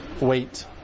wait